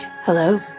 Hello